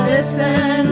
Listen